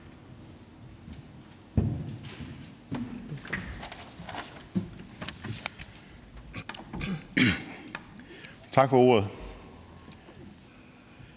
Tak for ordet.